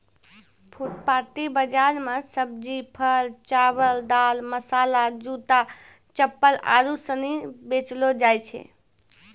फुटपाटी बाजार मे सब्जी, फल, चावल, दाल, मसाला, जूता, चप्पल आरु सनी बेचलो जाय छै